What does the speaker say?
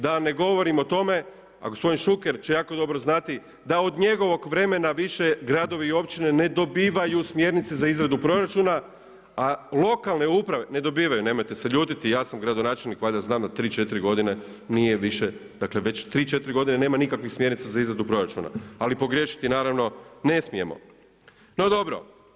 Da ne govorim o tome, a gospodin Šuker će jako dobro znati da za njegovog vremena, više gradovi i općine ne dobivaju smjernice za izradu proračuna a lokalne uprave ne dobivaju, nemojte se ljutiti, ja sam gradonačelnik, valjda znam da već 3, 4 godine nema nikakvih smjernica za izradu proračuna, ali pogriješiti naravno ne smijemo, no dobro.